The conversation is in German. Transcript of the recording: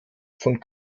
von